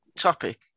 topic